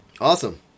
Awesome